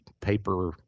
paper